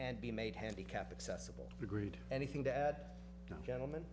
and be made handicap accessible agreed anything that gentleman